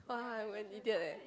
!wah! I'm an idiot eh